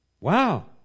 Wow